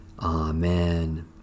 Amen